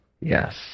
Yes